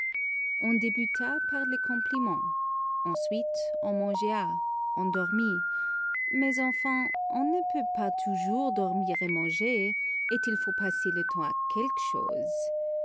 on débuta par les complimens ensuite on mangea on dormit mais enfin on ne peut pas toujours dormir et manger et il faut passer le temps à quelque chose